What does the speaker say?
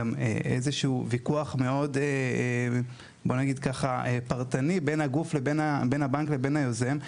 למשל איזשהו ויכוח מאוד פרטני בין הבנק לבין היוזם,